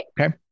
Okay